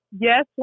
yes